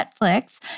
Netflix